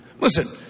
Listen